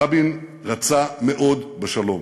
רבין רצה מאוד בשלום,